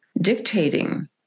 dictating